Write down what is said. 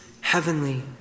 heavenly